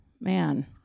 man